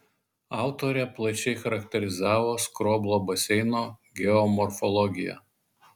autorė plačiai charakterizavo skroblo baseino geomorfologiją